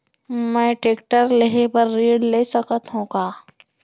मैं टेकटर लेहे बर ऋण ले सकत हो का?